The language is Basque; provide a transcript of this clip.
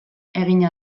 egina